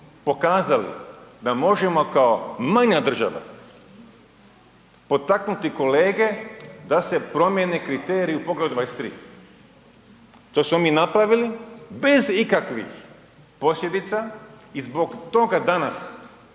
pokazali da možemo kao manja država potaknuti kolege da se promjene kriteriji u poglavlju 23. To smo mi napravili bez ikakvih posljedica i zbog toga danas